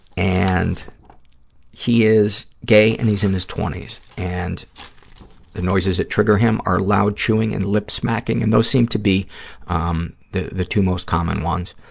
and he is gay and he's in his twenty s, and the noises that trigger him are loud chewing and lip smacking, and those seem to be um the the two most common ones.